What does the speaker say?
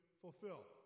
fulfill